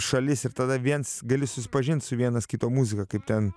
šalis ir tada viens gali susipažint su vienas kito muzika kaip ten